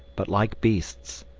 but, like beasts,